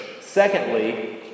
Secondly